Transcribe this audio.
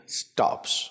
stops